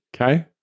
Okay